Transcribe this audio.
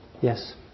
Yes